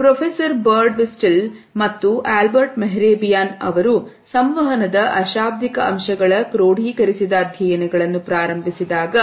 professor Birdwhistell ಮತ್ತು Albert Mehrabian ಅವರು ಸಂವಹನದ ಅಶಾಬ್ದಿಕ ಅಂಶಗಳ ಕ್ರೋಡೀಕರಿಸಿದ ಅಧ್ಯಯನಗಳನ್ನು ಪ್ರಾರಂಭಿಸಿದಾಗ